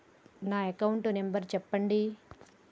నా account number చెప్పండి?